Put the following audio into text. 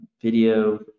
video